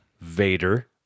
Vader